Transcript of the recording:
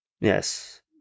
Yes